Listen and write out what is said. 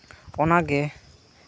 ᱚᱱᱟᱜᱮ